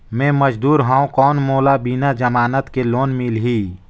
मे मजदूर हवं कौन मोला बिना जमानत के लोन मिलही?